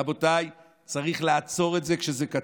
רבותיי, צריך לעצור את זה כשזה קטן.